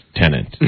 tenant